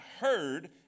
heard